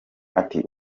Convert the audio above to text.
ati